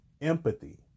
empathy